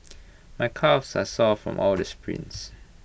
my calves are sore from all the sprints